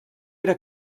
era